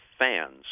fans